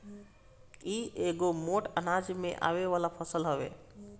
इ एगो मोट अनाज में आवे वाला फसल हवे